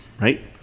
right